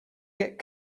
get